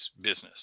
business